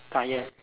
tyre